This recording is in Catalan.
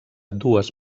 dues